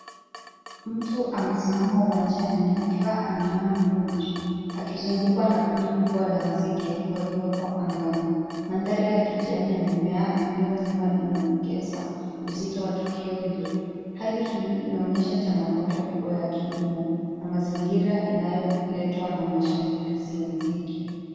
Mtu amesimama uwanjani akiwa ameinua mikono juu akizungukwa na kundi kubwa la nzige walioko angani. Mandhari ya kijani ya mimea iliyo nyuma inaongeza uzito wa tukio hilo. Hali hii inaonesha changamoto kubwa ya kilimo na mazingira inayoletwa na mashambulizi ya nzige.